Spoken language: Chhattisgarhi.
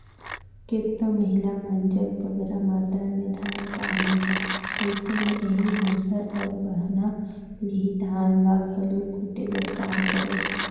केतनो महिला मन जग बगरा मातरा में धान पान नी रहें अइसे में एही मूसर अउ बहना ले ही धान ल घलो कूटे कर काम करें